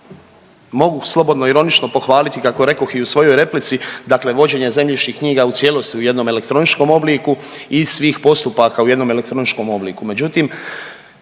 mogu slobodno ironično pohvaliti kako rekoh i u svojoj replici, dakle vođenje zemljišnih knjiga u cijelosti u jednom elektroničkom obliku i svih postupaka u jednom elektroničkom obliku,